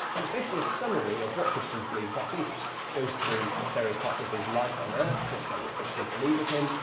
and it's basically a summary of what christians believe about jesus. goes through various parts of his life on earth, talks about what christians believe of him,